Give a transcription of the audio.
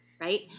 right